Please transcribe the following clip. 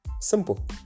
Simple